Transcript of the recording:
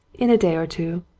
in a day or two.